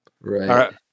Right